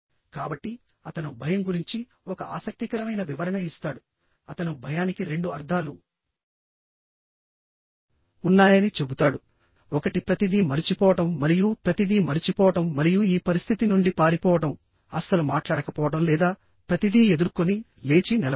కాబట్టిఅతను భయం గురించి ఒక ఆసక్తికరమైన వివరణ ఇస్తాడు అతను భయానికి రెండు అర్థాలు ఉన్నాయని చెబుతాడుఒకటి ప్రతిదీ మరచిపోవడం మరియు ప్రతిదీ మరచిపోవడం మరియు ఈ పరిస్థితి నుండి పారిపోవడం అస్సలు మాట్లాడకపోవడం లేదా ప్రతిదీ ఎదుర్కొని లేచి నిలబడటం